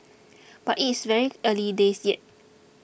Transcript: but it is very early days yet